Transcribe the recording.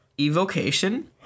evocation